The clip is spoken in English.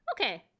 Okay